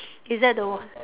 is that the